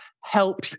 help